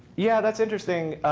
yeah, that's interesting.